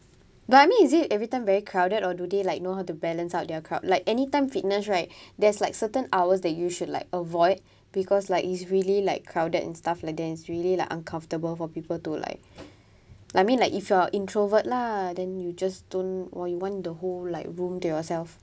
what I mean is it every time very crowded or do they like know how to balance out their crowd like anytime fitness right there's like certain hours that you should like avoid because like it's really like crowded and stuff lah then it's really like uncomfortable for people to like I mean like if you're introvert lah then you just don't or you want the whole like room to yourself